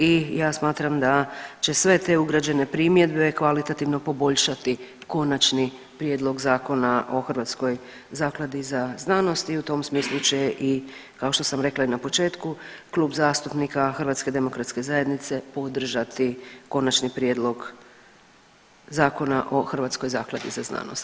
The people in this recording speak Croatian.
I ja smatram da će sve te ugrađene primjedbe kvalitativno poboljšati Konačni prijedlog Zakona o Hrvatskoj zakladi za znanost i u tom smislu će i kao što sam rekla i na početku Klub zastupnika HDZ-a podržati Konačni prijedlog Zakona o Hrvatskoj zakladi za znanost.